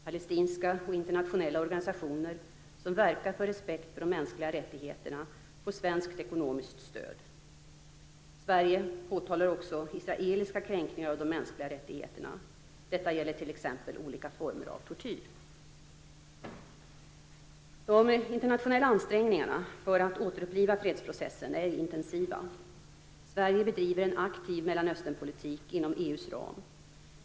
Palestinska och internationella organisationer som verkar för respekt för de mänskliga rättigheterna får svenskt ekonomiskt stöd. Sverige påtalar också israeliska kränkningar av de mänskliga rättigheterna. Det gäller t.ex. olika former av tortyr. De internationella ansträngningarna för att återuppliva fredsprocessen är intensiva. Sverige bedriver en aktiv Mellanösternpolitik inom EU:s ram.